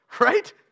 Right